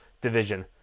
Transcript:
division